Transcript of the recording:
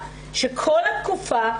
הוא יוצא החוצה,